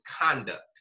conduct